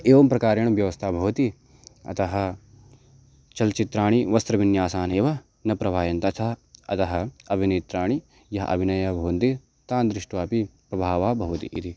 एवं प्रकारेण व्यवस्था भवति अतः चलचित्राणि वस्त्रविन्यासान्नेव न प्रभावन्ते अतः अतः अभिनेतारः यः अभिनयं भवन्ति तान् दृष्ट्वापि प्रभावः भवति इति